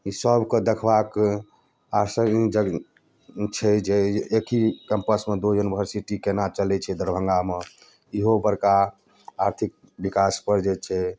ई सभके देखबाक आश्चर्यजनक छै जे एक ही कैम्पसमे दो यूनिवर्सिटी केना चलै छै दरभङ्गामे इहो बड़का आर्थिक विकास पर जे छै